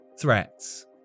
threats